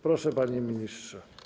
Proszę, panie ministrze.